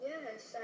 Yes